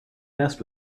best